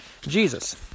Jesus